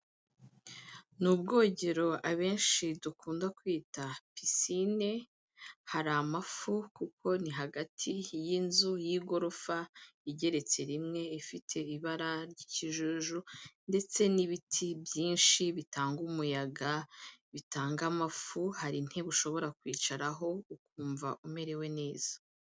Ni ubwogero abenshi dukunda kwita pisine, hari amafu kuko ni hagati y'inzu y'igorofa igeretse rimwe, ifite ibara ry'ikijuju ndetse n'ibiti byinshi bitanga umuyaga, bitanga amafu, hari intebe ushobora kwicaraho ukumva umerewe neza.